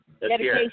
dedication